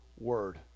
word